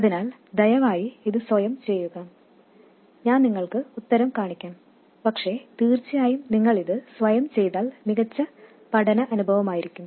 അതിനാൽ ദയവായി ഇത് സ്വയം ചെയ്യുക ഞാൻ നിങ്ങൾക്ക് ഉത്തരം കാണിക്കും പക്ഷേ തീർച്ചയായും നിങ്ങൾ ഇത് സ്വയം ചെയ്താൽ മികച്ച പഠന അനുഭവമായിരിക്കും